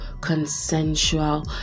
consensual